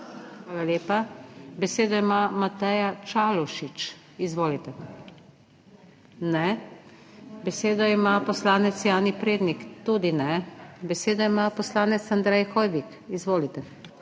Hvala lepa. Besedo ima Mateja Čalušič. Izvolite. (Ne.) Besedo ima poslanec Jani Prednik. Tudi ne. Besedo ima poslanec Andrej Hoivik. Izvolite.